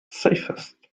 safest